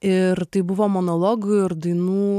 ir tai buvo monologų ir dainų nuo